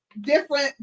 different